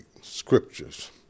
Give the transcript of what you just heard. scriptures